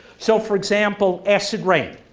so for example acid rain.